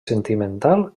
sentimental